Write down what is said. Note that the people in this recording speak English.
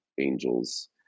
angels